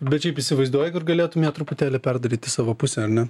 bet šiaip įsivaizduoji kad galėtum ją truputėlį perdaryt į savo pusę ar ne